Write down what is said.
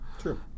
True